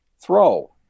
throw